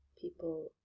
people